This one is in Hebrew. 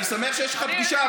אני שמח שיש לך פגישה,